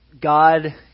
God